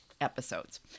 episodes